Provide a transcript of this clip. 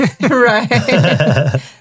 Right